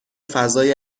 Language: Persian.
فضای